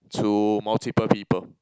to multiple people